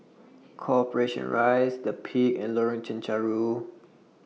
Corporation Rise The Peak and Lorong Chencharu